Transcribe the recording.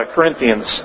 Corinthians